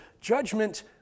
judgment